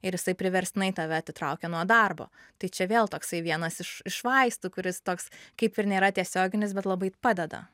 ir jisai priverstinai tave atitraukia nuo darbo tai čia vėl toksai vienas iš iš vaistų kuris toks kaip ir nėra tiesioginis bet labai padeda